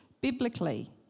biblically